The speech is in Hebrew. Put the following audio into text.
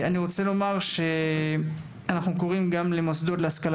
אני רוצה לומר שאנחנו קוראים גם למוסדות להשכלה